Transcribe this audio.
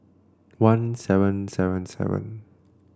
one seven seven seven